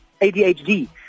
ADHD